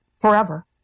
forever